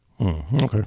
Okay